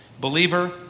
believer